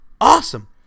Awesome